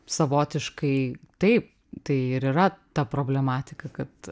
savotiškai taip tai ir yra ta problematika kad